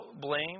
blame